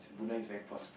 Brunei is very prosp~